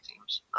teams